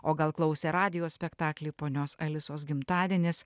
o gal klausė radijo spektaklį ponios alisos gimtadienis